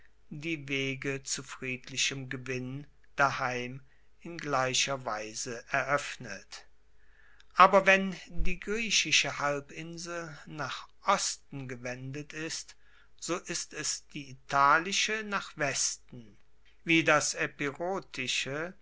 die wege zu friedlichem gewinn daheim in gleicher weise eroeffnet aber wenn die griechische halbinsel nach osten gewendet ist so ist es die italische nach westen wie das